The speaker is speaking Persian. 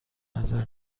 نظر